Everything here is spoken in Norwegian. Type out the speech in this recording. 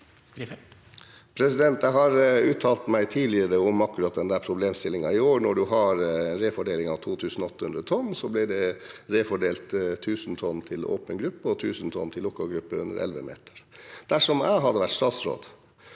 Jeg har uttalt meg tidligere om akkurat den problemstillingen. I år, når man har omfordeling av 2 800 tonn, ble det omfordelt 1 000 tonn til åpen gruppe og 1 000 tonn til lukket gruppe under 11 meter. Dersom jeg hadde vært statsråd,